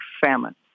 famine